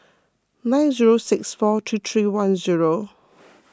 nine zero six four three three one zero